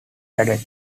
added